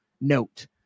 note